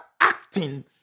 acting